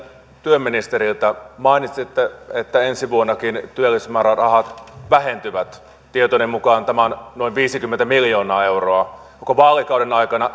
työministeriltä mainitsitte että ensi vuonnakin työllisyysmäärärahat vähentyvät tietojeni mukaan tämä on noin viisikymmentä miljoonaa euroa koko vaalikauden aikana